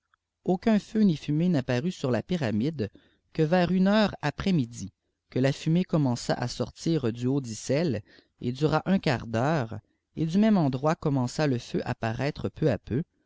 âàooff feu ni fumée n'apparut sur la pyranide efim ulie hcùàe àofi midi que la fumée eonuûença à sortir d uaiilieeue mrs un quart d'heure et du sosème endroîi èoflanenga le feù à parsttw peu à peu